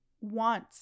want